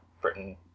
Britain